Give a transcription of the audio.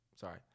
Sorry